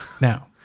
Now